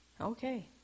Okay